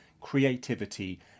creativity